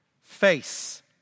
face